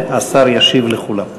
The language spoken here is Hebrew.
והשר ישיב לכולם.